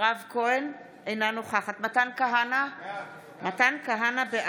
אינה נוכחת מתן כהנא, בעד